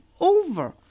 over